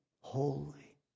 holy